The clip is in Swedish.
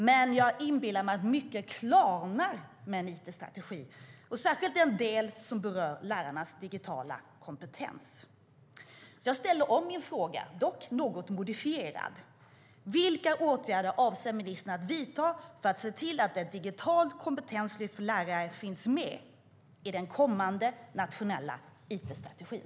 Men jag inbillar mig att mycket klarnar med en it-strategi, särskilt den del som berör lärarnas digitala kompetens. Jag ställer alltså om min fråga, dock något modifierad: Vilka åtgärder avser ministern att vidta för att se till att ett digitalt kompetenslyft för lärare finns med i den kommande nationella it-strategin?